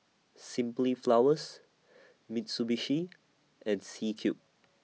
Simply Flowers Mitsubishi and C Cube